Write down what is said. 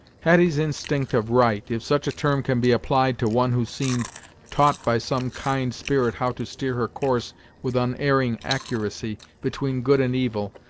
hetty's instinct of right, if such a term can be applied to one who seemed taught by some kind spirit how to steer her course with unerring accuracy, between good and evil,